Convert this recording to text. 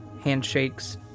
handshakes